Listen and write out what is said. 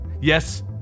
Yes